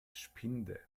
spinde